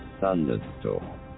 thunderstorm